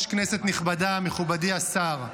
אדוני היושב-ראש, כנסת נכבדה, מכובדי השר,